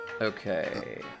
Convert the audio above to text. Okay